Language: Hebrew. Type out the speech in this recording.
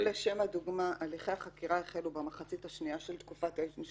אם לשם הדוגמה הליכי החקירה החלו במחצית השנייה של תקופת ההתיישנות